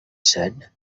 said